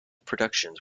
productions